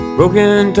Broken